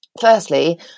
firstly